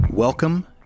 Welcome